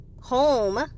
home